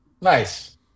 Nice